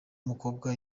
umukobwa